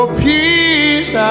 peace